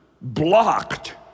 blocked